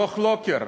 דוח לוקר?